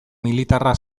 militarra